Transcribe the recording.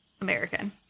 American